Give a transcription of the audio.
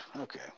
Okay